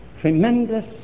tremendous